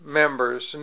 members